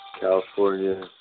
California